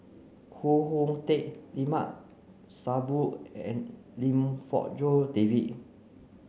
Koh Hoon Teck Limat Sabtu and Lim Fong Jock David